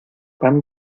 pan